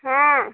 हाँ